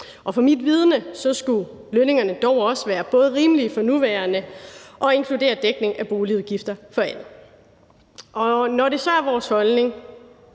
Med mit vidende skulle lønningerne dog også være både rimelige for nuværende og inkludere dækning af boligudgifter for alle. Når det så er vores holdning,